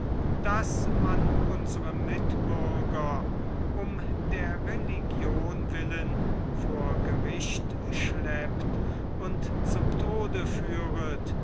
daß man unsre mitbürger um der religion willen vor gericht schleppt und zum tode führt